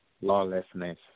Lawlessness